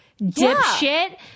Dipshit